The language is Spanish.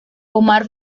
omar